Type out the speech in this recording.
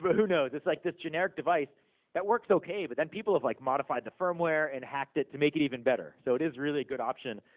but who knows. it's like this generic device that works okay. but then people have like modified the firmware, and hacked it to make it even better. so, it is really a good option.